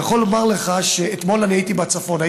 אני יכול לומר לך שאתמול הייתי בצפון,